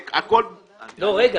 בסדר.